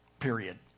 period